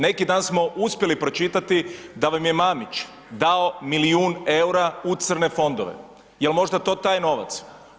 Neki dan smo uspjeli pročitati da vam je Mamić dao milijun EUR-a u crne fondove, jel možda to taj novac?